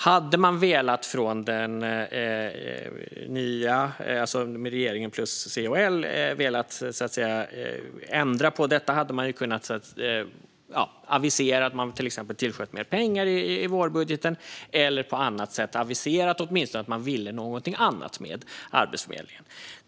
Hade den nya regeringen plus C och L velat ändra på detta hade man kunnat avisera att man till exempel tillför mer pengar i vårbudgeten eller åtminstone avisera på annat sätt att man vill någonting annat med Arbetsförmedlingen.